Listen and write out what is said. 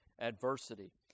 Adversity